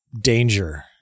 danger